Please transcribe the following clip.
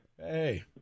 Hey